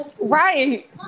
Right